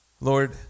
Lord